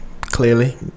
clearly